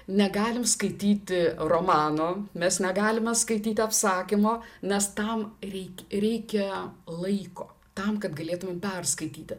negalim skaityti romano mes negalime skaityti apsakymo nes tam reik reikia laiko tam kad galėtum perskaityti